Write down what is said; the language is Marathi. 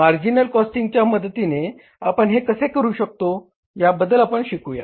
मार्जिनल कॉस्टिंगच्या मदतीने आपण हे कसे करु शकतो याबद्दल आपण शिकूया